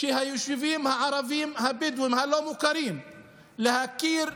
בערבים הבדואים ביישובים הלא-מוכרים בנגב,